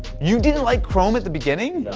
you didn't like chrome at the beginning? no.